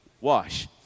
wash